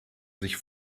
sich